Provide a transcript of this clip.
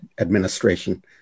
administration